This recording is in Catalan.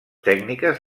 tècniques